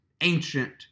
ancient